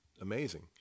amazing